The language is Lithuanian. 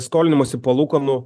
skolinimosi palūkanų